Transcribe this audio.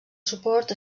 suport